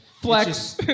Flex